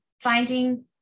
finding